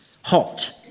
Hot